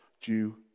due